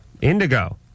Indigo